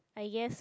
I guess